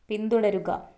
പിന്തുടരുക